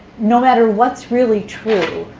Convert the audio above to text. no matter what's really true,